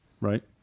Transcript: right